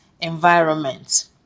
environment